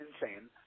insane